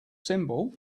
symbol